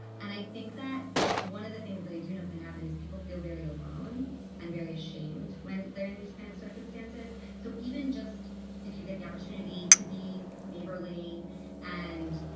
and i think that one of the things that i do know can happen is people feel very alone and very ashamed when they're in these kind of circumstances. so even just if you get the opportunity to be neighborly and,